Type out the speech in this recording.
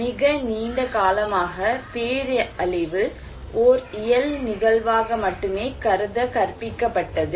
மிக நீண்ட காலமாக பேரழிவு ஓர் இயல் நிகழ்வாக மட்டுமே கருத கற்பிக்கப்பட்டது